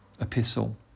Epistle